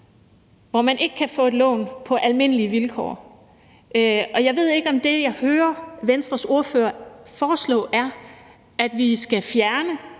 hvor man ikke kan få et lån på almindelige vilkår. Og jeg ved ikke, om det, jeg hører Venstres ordfører foreslå, er, at vi skal fjerne